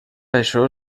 això